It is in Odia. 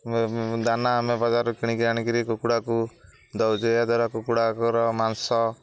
ଦାନା ଆମେ ବଜାରରୁ କିଣିକି ଆଣିକିରି କୁକୁଡ଼ାକୁ ଦେଉଛୁ ଏହାଦ୍ୱାରା କୁକୁଡ଼ାର ମାଂସ